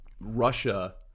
Russia